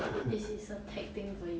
this is a tech thing for you